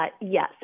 yes